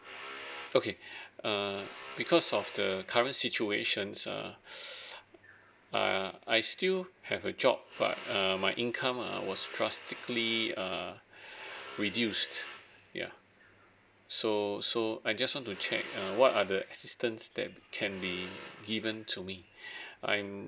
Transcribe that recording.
okay err because of the current situations ah err I still have a job but err my income ah was drastically ah reduced ya so so I just want to check uh what are the assistance that can be given to me I'm